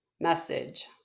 message